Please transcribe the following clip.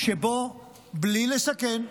שבו בלי לסכן,